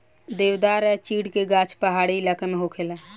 देवदार आ चीड़ के गाछ पहाड़ी इलाका में होखेला